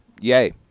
yay